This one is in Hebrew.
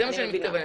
אני מקבלת,